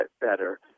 better